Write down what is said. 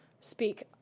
Speak